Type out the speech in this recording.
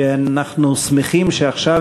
שאנחנו שמחים שעכשיו,